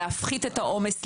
להפחית את העומס,